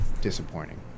disappointing